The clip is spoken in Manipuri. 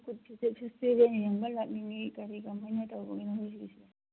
ꯀꯨꯠ ꯐꯦꯁꯇꯤꯕꯦꯜ ꯌꯦꯡꯕ ꯂꯥꯛꯅꯤꯡꯉꯤ ꯀꯔꯤ ꯀꯃꯥꯏꯅ ꯇꯧꯕꯒꯤꯅꯣ ꯅꯣꯏꯒꯤꯁꯦ